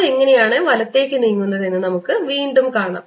അത് എങ്ങനെയാണ് വലത്തേക്ക് നീങ്ങുന്നതെന്ന് നമുക്ക് വീണ്ടും കാണാം